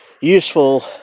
useful